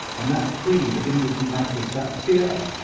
and that creed of inwards and backwards, that fear,